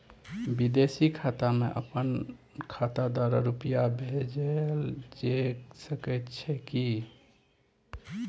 विदेशी खाता में अपन खाता द्वारा रुपिया भेजल जे सके छै की?